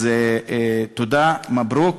תודה, מברוכ